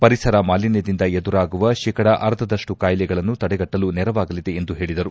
ಪರಿಸರ ಮಾಲಿನ್ಯದಿಂದ ಎದುರಾಗುವ ಶೇಕಡ ಅರ್ಧದಷ್ಟು ಕಾಯಿಲೆಗಳನ್ನು ತಡೆಗಟ್ಟಲು ನೆರವಾಗಲಿದೆ ಎಂದು ಹೇಳಿದರು